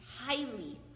highly